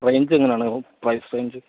റേഞ്ചെങ്ങനാണ് price range